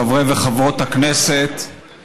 חברי וחברות הכנסת,